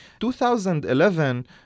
2011